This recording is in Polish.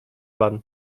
pan